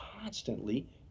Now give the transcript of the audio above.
constantly